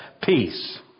peace